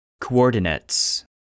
Coordinates